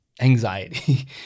anxiety